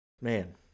Man